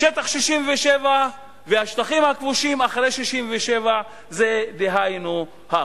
שטח 67' והשטחים הכבושים אחרי 67' זה היינו הך.